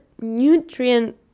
nutrient